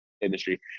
industry